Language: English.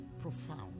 Profound